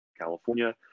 California